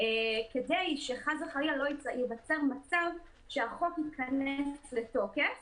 כדי שחס וחלילה לא ייווצר מצב שהחוק ייכנס לתוקף